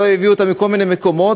שהביאו אותן מכל מיני מקומות,